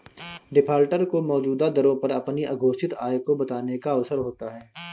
defaulter को मौजूदा दरों पर अपनी अघोषित आय को बताने का अवसर होता है